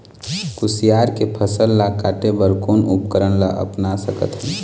कुसियार के फसल ला काटे बर कोन उपकरण ला अपना सकथन?